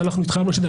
שוב,